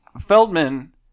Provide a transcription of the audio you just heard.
Feldman